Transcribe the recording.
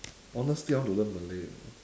honestly I want to learn malay you know